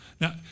Now